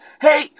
Hey